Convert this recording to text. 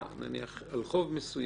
האם עשיתם חשבון על חוב מסוים,